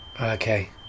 Okay